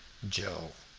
joe,